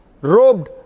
robed